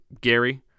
Gary